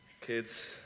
kids